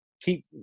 keep